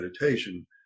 meditation